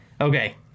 Okay